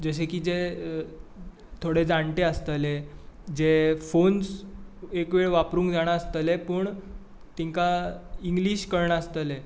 जशे की जे थोडे जाण्टे आसतले जे फॉन्स एक वेळ वापरूंक जाणा आसतले पूण तेंकां इंग्लीश कळना आसतले